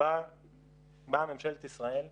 באה ממשלת ישראל ואמרה,